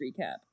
recap